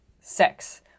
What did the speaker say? sex